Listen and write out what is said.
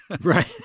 Right